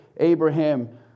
Abraham